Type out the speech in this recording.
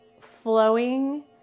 flowing